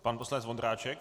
Pan poslanec Vondráček.